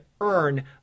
earn